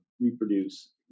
reproduce